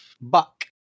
buck